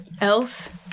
else